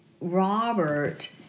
Robert